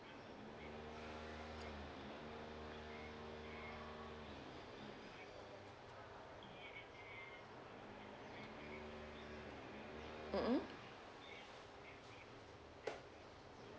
mmhmm